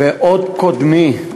ועוד קודמי,